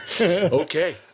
Okay